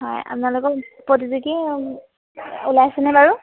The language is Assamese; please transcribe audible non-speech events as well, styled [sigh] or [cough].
হয় আপোনালোকৰ [unintelligible] প্ৰতিযোগী ওলাইছেনে বাৰু